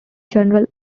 general